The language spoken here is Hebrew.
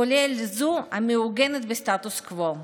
כולל זו המעוגנת בסטטוס קוו.